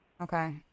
okay